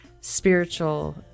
spiritual